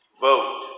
vote